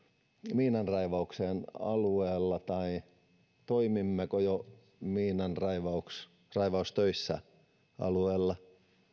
miinanraivaukseen alueella tai toimimmeko jo miinanraivaustöissä alueella